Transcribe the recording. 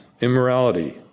immorality